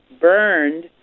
burned